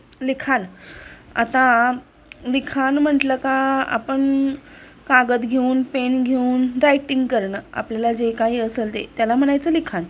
लिखाण आता लिखाण म्हटलं का आपण कागद घेऊन पेन घेऊन रायटिंग करणं आपल्याला जे काही असेल ते त्याला म्हणायचं लिखाण